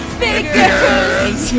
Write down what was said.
figures